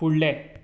फुडलें